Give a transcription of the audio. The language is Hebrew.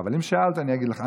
אבל אם שאלת אני אגיד לך.